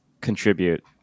contribute